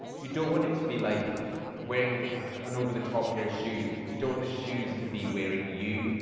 you don't want it to be like wearing and an over the top pair of shoes. you don't want the shoes to be wearing you.